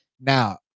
now